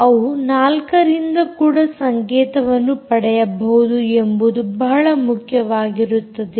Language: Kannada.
ಅವು 4ರಿಂದ ಕೂಡ ಸಂಕೇತವನ್ನು ಪಡೆಯಬಹುದು ಎಂಬುದು ಬಹಳ ಮುಖ್ಯವಾಗಿರುತ್ತದೆ